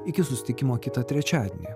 iki susitikimo kitą trečiadienį